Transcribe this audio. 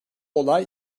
olay